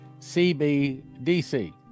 CBDC